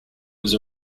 was